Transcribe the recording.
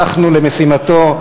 שלחנו למשימתו,